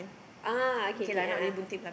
ah okay K a'ah